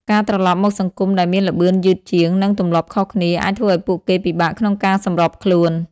ការត្រឡប់មកសង្គមដែលមានល្បឿនយឺតជាង និងទម្លាប់ខុសគ្នា អាចធ្វើឱ្យពួកគេពិបាកក្នុងការសម្របខ្លួន។